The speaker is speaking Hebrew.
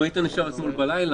אם היית נשאר אתמול בלילה,